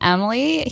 Emily